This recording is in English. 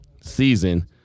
season –